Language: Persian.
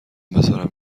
بذارم